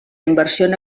inversions